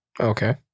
Okay